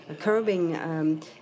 curbing